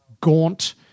gaunt